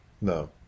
No